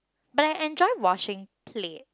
but I enjoy washing plate